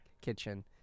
kitchen